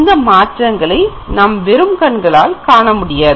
அந்த மாற்றங்களை வெறும் கண்களால் காண இயலாது